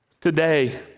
today